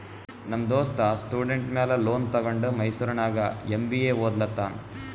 ನಮ್ ದೋಸ್ತ ಸ್ಟೂಡೆಂಟ್ ಮ್ಯಾಲ ಲೋನ್ ತಗೊಂಡ ಮೈಸೂರ್ನಾಗ್ ಎಂ.ಬಿ.ಎ ಒದ್ಲತಾನ್